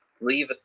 leave